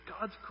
God's